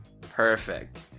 Perfect